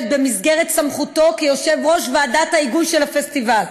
במסגרת סמכותו כיושב-ראש ועדת ההיגוי של הפסטיבל.